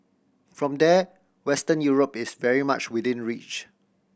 from there Western Europe is very much within reach